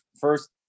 First